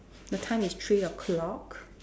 the time is three o-clock